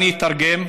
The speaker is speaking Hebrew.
אני אתרגם: